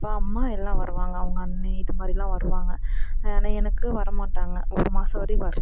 அப்பா அம்மா எல்லாம் வருவாங்க அவங்க அண்ண இது மாதிரிலாம் வருவாங்க ஆனால் எனக்கு வரமாட்டாங்க ஒரு மாதம் வரையும் வர